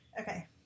Okay